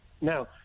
Now